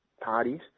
parties